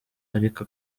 ariko